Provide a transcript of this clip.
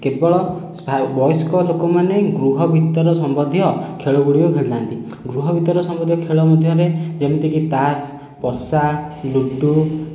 କେବଳ ବୟସ୍କ ଲୋକମାନେ ଗୃହ ଭିତର ସମ୍ବନ୍ଧୀୟ ଖେଳଗୁଡ଼ିକ ଖେଳିଥାନ୍ତି ଗୃହ ଭିତର ସମ୍ବନ୍ଧୀୟ ଖେଳ ମଧ୍ୟରେ ଯେମିତିକି ତାସ ପଶା ଲୁଡୁ